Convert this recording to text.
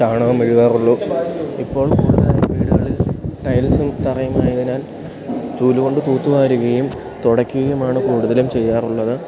ചാണകം മെഴുകാറുള്ളൂ ഇപ്പോൾ കൂടുതലായും വീടുകളിൽ ടൈൽസും തറയും ആയതിനാൽ ചൂലു കൊണ്ട് തൂത്തുവാരുകയും തുടക്കുകയും ആണ് കൂടുതലും ചെയ്യാറുള്ളത്